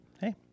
Hey